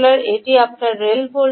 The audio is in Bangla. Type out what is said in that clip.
এটি আপনার রেল ভোল্টেজ